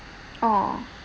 oh